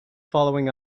following